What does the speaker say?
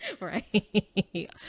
Right